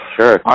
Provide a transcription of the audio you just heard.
Sure